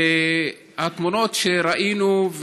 והתמונות שראינו,